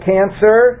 Cancer